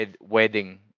wedding